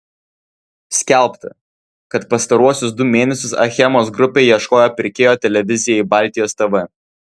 skelbta kad pastaruosius du mėnesius achemos grupė ieškojo pirkėjo televizijai baltijos tv